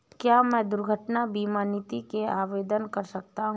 क्या मैं दुर्घटना बीमा नीति के लिए आवेदन कर सकता हूँ?